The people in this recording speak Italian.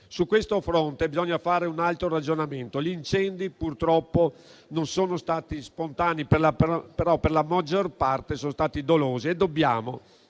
Su questo fronte bisogna fare un altro ragionamento: gli incendi purtroppo non sono stati spontanei, ma per la maggior parte dolosi. A mio avviso, dobbiamo,